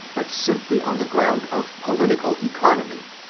but simply on the ground of political economy,